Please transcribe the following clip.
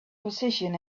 position